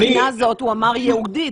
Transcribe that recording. מהבחינה הזאת הוא אמר ייעודית,